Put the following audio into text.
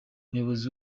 umuyobozi